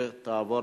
2012,